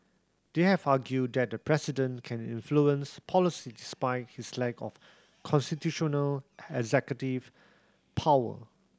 they have argued that the president can influence policy despite his lack of constitutional executive power